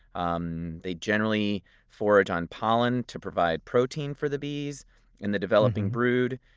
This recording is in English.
um they generally forage on pollen to provide protein for the bees in the developing brood,